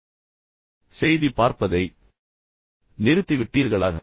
தொலைக்காட்சியில் செய்தி பார்ப்பதை நிறுத்திவிட்டீர்களா